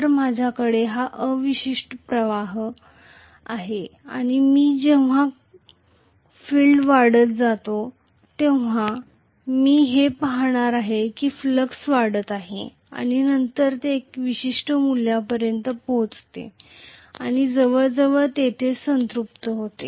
तर माझ्याकडे हा अवशिष्ट प्रवाह आहे आणि मी जेव्हा फील्ड करंट वाढत जात आहे तेव्हा मी हे पाहणार आहे की फ्लक्स वाढत आहे आणि नंतर ते एका विशिष्ट मूल्यापर्यंत पोहोचते आणि जवळजवळ तेथेच संतृप्त होते